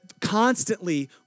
constantly